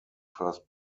first